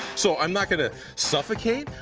so i'm not gonna suffocate,